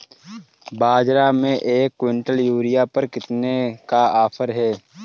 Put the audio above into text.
बाज़ार में एक किवंटल यूरिया पर कितने का ऑफ़र है?